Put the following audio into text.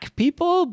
people